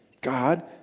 God